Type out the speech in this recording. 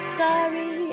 sorry